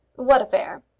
what affair?